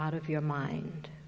out of your mind